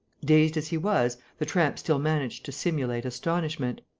dazed as he was, the tramp still managed to simulate astonishment.